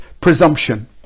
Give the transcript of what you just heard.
presumption